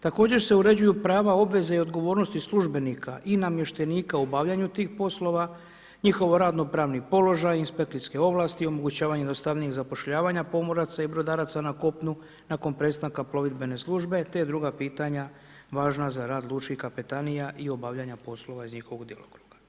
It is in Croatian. Također se uređuju prava, obveze i odgovornosti službenika i namještenika u obavljanju tih poslova, njihov radno-pravni položaj, inspekcijske ovlasti i omogućavanje jednostavnijeg zapošljavanja pomoraca i brodaraca na kopnu nakon prestanka plovidbene službe te druga pitanja važna za rad lučkih kapetanija i obavljanja poslova iz njihovog djelokruga.